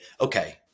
okay